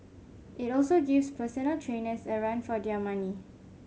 it also gives personal trainers a run for their money